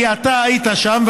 כי אתה היית שם,